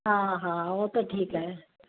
हा हा उहो त ठीकु आहे